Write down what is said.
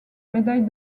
médaille